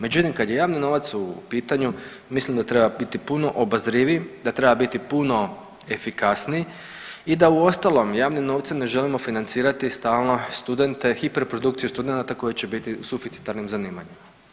Međutim, kad je javni novac u pitanju, mislim da treba biti puno obazriviji, da treba biti puno efikasniji i da uostalom, javni novcem ne želimo financirati stalno studente, hiperprodukciju studenata koji će biti u suficitarnim zanimanjima.